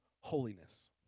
holiness